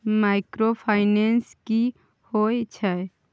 Microfinance की होय छै?